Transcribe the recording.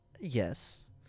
yes